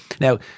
now